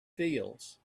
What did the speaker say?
fields